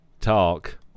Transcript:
Talk